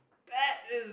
that is